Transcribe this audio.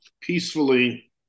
peacefully